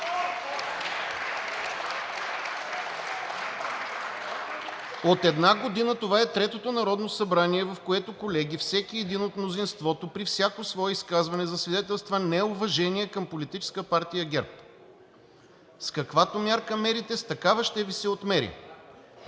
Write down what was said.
От една година това е третото Народно събрание, в което, колеги, всеки един от мнозинството при всяко свое изказване засвидетелства неуважение към Политическа партия ГЕРБ. С каквато мярка мерите, с такава ще Ви се отмери!